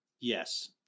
Yes